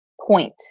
point